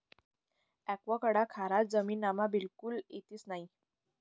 avocado खारा जमीनमा बिलकुल येतंस नयी